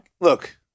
Look